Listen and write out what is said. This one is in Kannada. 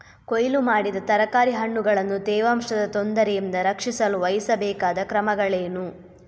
ಕೊಯ್ಲು ಮಾಡಿದ ತರಕಾರಿ ಹಣ್ಣುಗಳನ್ನು ತೇವಾಂಶದ ತೊಂದರೆಯಿಂದ ರಕ್ಷಿಸಲು ವಹಿಸಬೇಕಾದ ಕ್ರಮಗಳೇನು?